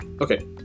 Okay